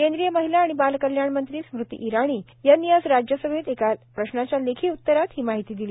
केंद्रीय महिला आणि बाल कल्याण मंत्री स्मृती इराणी यांनी आज राज्यसभेत एका प्रश्नाच्या लेखी उतरात ही माहिती दिली